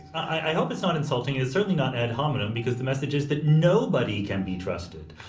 i hope it's not insulting. and it's certainly not ad hominem because the message is that nobody can be trusted.